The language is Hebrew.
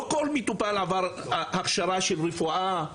לא כל מטופל עבר הכשרה של רפואה,